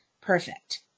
perfect